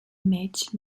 mitch